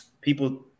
people